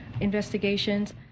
investigations